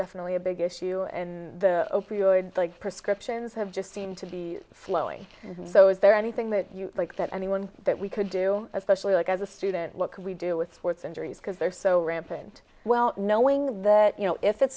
definitely a big issue in the prescriptions have just seemed to be flowing so is there anything that you like that anyone that we could do especially like as a student what can we do with sports injuries because they're so rampant well knowing that you know if it